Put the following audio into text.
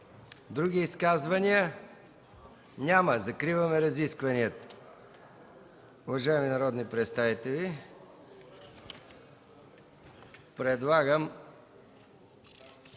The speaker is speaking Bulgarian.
Други изказвания? Няма. Закриваме разискванията. Уважаеми народни представители, предлагам